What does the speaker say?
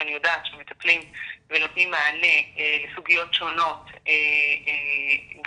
שאני יודעת שמטפלים ונותנים מענה לסוגיות שונות גם